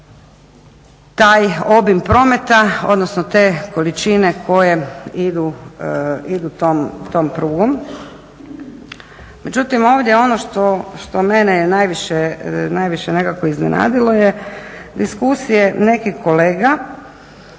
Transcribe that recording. taj obim prometa, odnosno te količine koje idu tom prugom. Međutim, ovdje ono što mene najviše nekako iznenadilo je diskusije nekih kolega